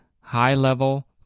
high-level